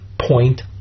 point